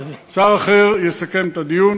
שר אחר יסכם את הדיון.